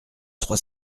trois